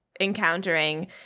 encountering